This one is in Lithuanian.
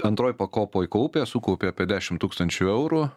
antroj pakopoj kaupė sukaupė apie dešim tūkstančių eurų